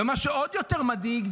מה שעוד יותר מדאיג,